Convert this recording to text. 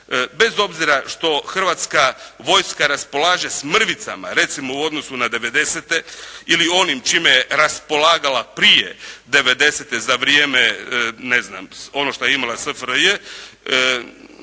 Bez obzira što Hrvatska vojska raspolaže s mrvicama recimo u odnosu na 90-te ili onim čime je raspolagala prije 90-te za vrijeme ne znam ono što je imala SFRJ,